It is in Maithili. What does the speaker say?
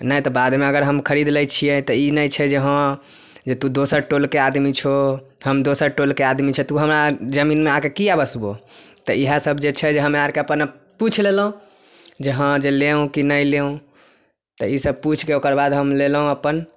नहि तऽ बादमे अगर हम खरीद लै छियै तऽ ई नहि छै जे हँ जे तू दोसर टोलके आदमी छो हम दोसर टोलके आदमी छै तू हमरा जमीनमे आके किए बसबौ तऽ इएह सभ जे छै जे हमरा आरके पुछि लेलहुॅं जे हँ जे लेउ कि नहि लेउ तऽ ई सभ पुछिके ओकर बाद हम लेलहुॅं अपन